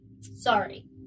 sorry